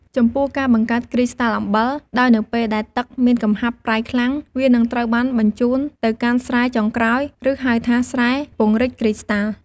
ចំពោះ ការបង្កើតគ្រីស្តាល់អំបិល ដោយនៅពេលដែលទឹកមានកំហាប់ប្រៃខ្លាំង វានឹងត្រូវបានបញ្ជូនទៅកាន់ស្រែចុងក្រោយ ឬហៅថាស្រែពង្រីកគ្រីស្តាល់។